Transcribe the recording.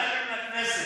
כן, אבל יש כללים לכנסת.